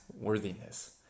worthiness